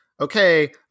okay